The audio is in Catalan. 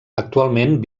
actualment